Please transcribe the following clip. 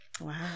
Wow